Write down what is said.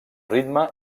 ritme